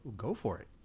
go for it.